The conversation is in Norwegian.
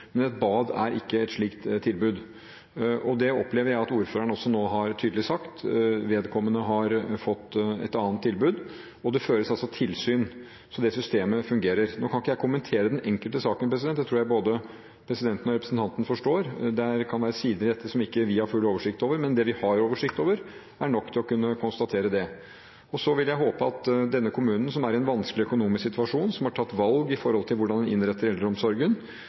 men et bad er ikke et slikt tilbud. Det opplever jeg at ordføreren også nå tydelig har sagt. Vedkommende har fått et annet tilbud. Og det føres tilsyn – så det systemet fungerer. Nå kan ikke jeg kommentere enkeltsaker – det tror jeg både presidenten og representanten forstår – og det kan være sider ved dette som vi ikke har full oversikt over, men det vi har oversikt over, er nok til å kunne konstatere det. Så vil jeg håpe at denne kommunen, som er i en vanskelig økonomisk situasjon, og som har tatt valg når det gjelder innretningen av eldreomsorgen,